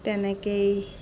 তেনেকেই